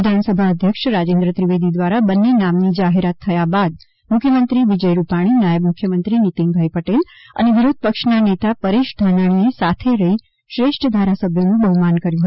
વિધાનસભા અધ્યક્ષ રાજેન્દ્ર ત્રિવેદી દ્વારા બંને નામની જાહેરાત થયા બાદ મુખ્યમંત્રી વિજય રૂપાણી નાયબ મુખ્યમંત્રી નિતિનભાઈ પટેલ અને વિરોધ પક્ષના નેતા પરેશ ધાનાણીએ સાથે રહી શ્રેષ્ઠ ધારાસભ્યોનું બહુમાન કર્યું હતું